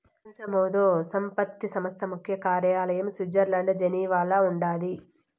పెపంచ మేధో సంపత్తి సంస్థ ముఖ్య కార్యాలయం స్విట్జర్లండ్ల జెనీవాల ఉండాది